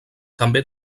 també